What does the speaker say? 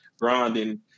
grinding